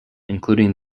including